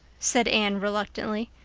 said anne reluctantly.